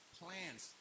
plans